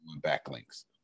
backlinks